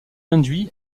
induit